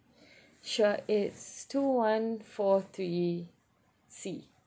sure it's two one four three C